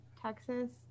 Texas